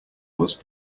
was